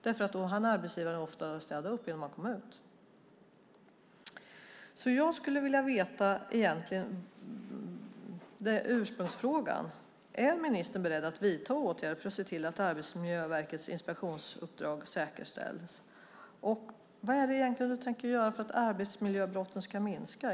Då hade arbetsgivaren ofta hunnit städa upp innan man kom ut. Det jag egentligen skulle vilja veta, det som ursprungsfrågan handlade om, är om ministern är beredd att vidta åtgärder för att se till att Arbetsmiljöverkets inspektionsuppdrag säkerställs. Och vad är det egentligen du tänker göra för att arbetsmiljöbrotten ska minska?